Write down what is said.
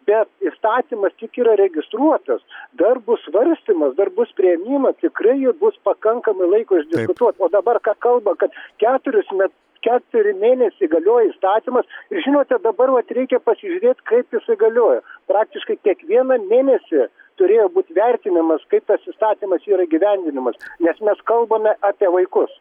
bet įstatymas tik yra registruotas dar bus svarstymas dar bus priėmimas tikrai bus pakankamai laiko išdiskutuot o dabar ką kalba kad keturis met keturi mėnesiai galioja įstatymas žinote dabar vat reikia pasižiūrėt kaip jisai galioja praktiškai kiekvieną mėnesį turėjo būt vertinimas kaip tas įstatymas yra įgyvendinamas nes mes kalbame apie vaikus